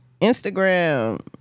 Instagram